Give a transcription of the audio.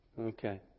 Okay